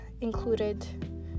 included